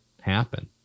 happen